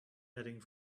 heading